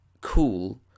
cool